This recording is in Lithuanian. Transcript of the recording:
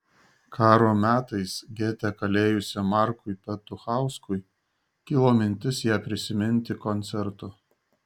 karo metais gete kalėjusiam markui petuchauskui kilo mintis ją prisiminti koncertu